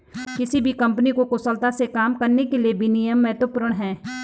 किसी भी कंपनी को कुशलता से काम करने के लिए विनियम महत्वपूर्ण हैं